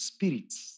Spirits